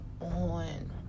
on